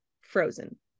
frozen